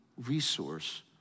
resource